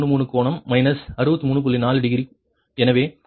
4 degree எனவே அது 0